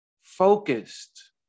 focused